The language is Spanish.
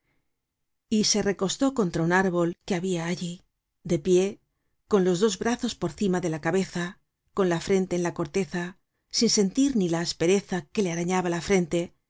y se recostó contra un árbol que habia allí de pie con los dos brazos por cima de la cabeza con la frente en la corteza sin sentir ni la aspereza que le arañaba la frente